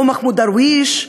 או מחמוד דרוויש,